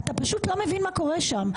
אתה פשוט לא מבין מה קורה שם.